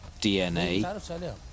DNA